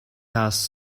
ass